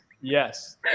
Yes